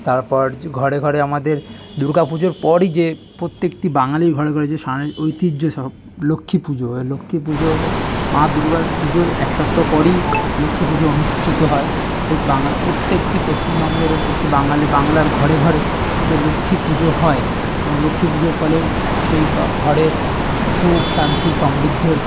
তারপর যে ঘরে ঘরে আমাদের দুর্গা পুজোর পরই যে প্রত্যেকটি বাঙালির ঘরে ঘরে যে সাং ঐতিহ্য সব লক্ষ্মী পুজো হয় লক্ষ্মী পুজো মা দুর্গার পুজোর এক সপ্তাহ পরই লক্ষ্মী পুজো অনুষ্ঠিত হয় প্রত বাঙাল প্রত্যেকটি পশ্চিমবঙ্গের বাংলার ঘরে ঘরে যে লক্ষ্মীর পুজো হয় এবং লক্ষ্মী পুজোর ফলে সেই বা ঘরের সুখ শান্তি সমৃদ্ধির